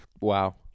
Wow